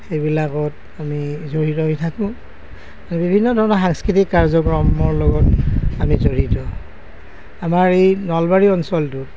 সেইবিলাকত আমি জড়িত হৈ থাকোঁ বিভিন্ন ধৰণৰ সাংস্কৃতিক কাৰ্যক্ৰমৰ লগত আমি জড়িত আমাৰ এই নলবাৰীৰ অঞ্চলটোত